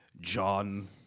John